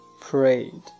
prayed